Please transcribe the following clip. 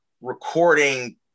recording